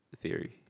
theory